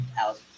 out